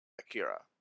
Akira